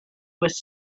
was